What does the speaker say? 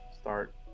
start